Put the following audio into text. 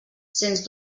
sens